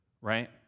right